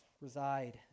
reside